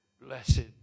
Blessed